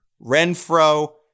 Renfro